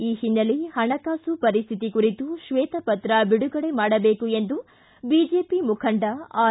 ಈ ಹಿನ್ನೆಲೆ ಪಣಕಾಸು ಪರಿಸ್ಥಿತಿ ಕುರಿತು ಶ್ವೇತಪತ್ರ ಬಿಡುಗಡೆ ಮಾಡಬೇಕು ಎಂದು ಬಿಜೆಪಿ ಮುಖಂಡ ಆರ್